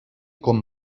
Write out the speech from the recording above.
con